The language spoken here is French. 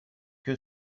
que